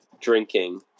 drinking